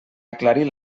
aclarir